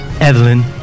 Evelyn